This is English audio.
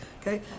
okay